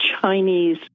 Chinese